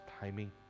timing